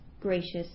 gracious